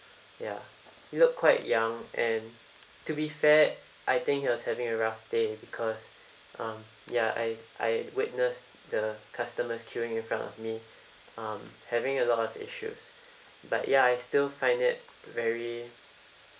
ya looked quite young and to be fair I think he was having a rough day because um ya I I witnessed the customers queuing in front of me um having a lot of issues but ya I still find it very